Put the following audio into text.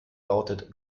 lautet